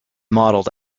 modeled